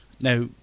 Now